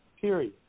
period